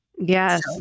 yes